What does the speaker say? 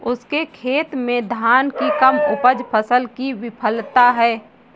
उसके खेत में धान की कम उपज फसल की विफलता है